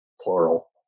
plural